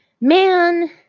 man